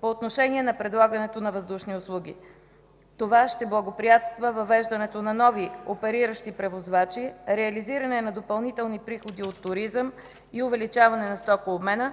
по отношение на предлагането на въздушни услуги. Това ще благоприятства въвеждането на нови опериращи превозвачи, реализирането на допълнителни приходи от туризъм и увеличаване на стокообмена,